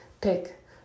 pick